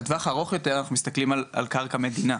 בטווח הארוך יותר אנחנו מסתכלים על קרקע מדינה.